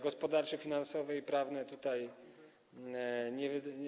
Gospodarcze, finansowe i prawne tutaj nie.